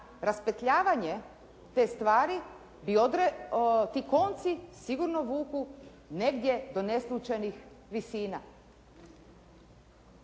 raspetljavanje te stvari, ti konci sigurno vuku negdje do neslućenih visina